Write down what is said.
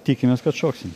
tikimės kad šoksim